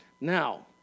Now